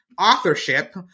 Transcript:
authorship